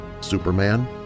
Superman